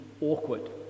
awkward